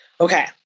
Okay